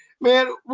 man